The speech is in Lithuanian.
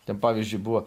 ten pavyzdžiui buvo